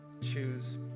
choose